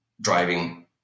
driving